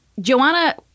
Joanna